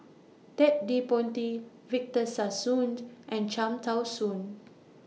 Ted De Ponti Victor Sassoon and Cham Tao Soon